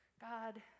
God